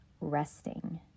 resting